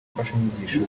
imfashanyigisho